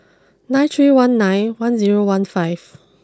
nine three one nine one zero one five